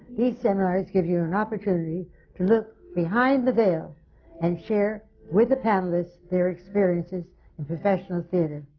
these seminars give you an opportunity to look behind the veil and share with the panelists their experiences and professional theatre.